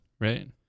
Right